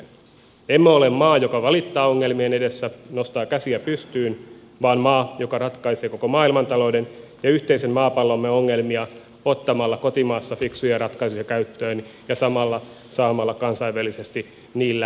emme ole maa joka valittaa ongelmien edessä nostaa käsiä pystyyn vaan maa joka ratkaisee koko maailmantalouden ja yhteisen maapallomme ongelmia ottamalla kotimaassa fiksuja ratkaisuja käyttöön ja samalla saamalla kansainvälisesti niillä taloudellista menestystä ja vientiä